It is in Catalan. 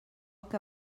que